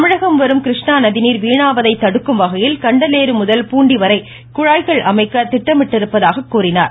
தமிழகம் வரும் கிருஷ்ணா நதிநீர் வீணாவதை தடுக்கும் வகையில் கண்டலேறு முதல் பூண்டி வரை குழாய் அமைக்க திட்டமிடப்பட்டிருப்பதாக கூறினார்